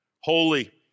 holy